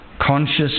conscious